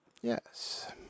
yes